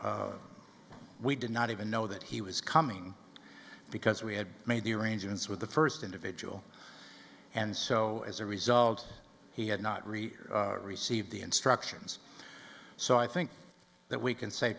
clergyman we did not even know that he was coming because we had made the arrangements with the first individual and so as a result he had not read received the instructions so i think that we can say